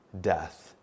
death